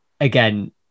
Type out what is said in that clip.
again